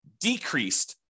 decreased